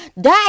die